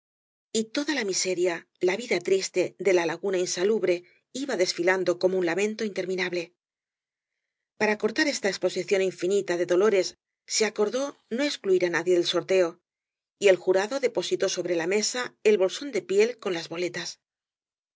y toda la miseria la vida triste de la laguna insalubre iba desfilando como un lamento interminable para cortar esta exposición infinita de dolores se acordó no excluir á nadie del sorteo y el jurado depositó sobre la mesa el bolsón de piel con las boletas